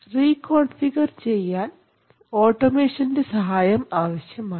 reconfigure ചെയ്യാൻ ഓട്ടോമേഷൻറെ സഹായം ആവശ്യമാണ്